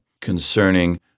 concerning